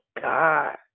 God